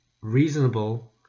reasonable